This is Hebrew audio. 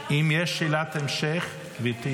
אם יש שאלת המשך --- מה זה?